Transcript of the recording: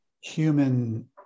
human